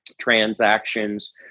transactions